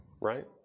right